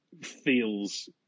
Feels